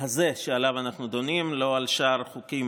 הזה שעליו אנחנו דנים, לא על שאר החוקים